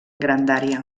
grandària